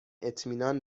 اطمینان